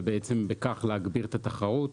ובכך להגביר את התחרות,